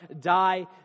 die